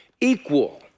equal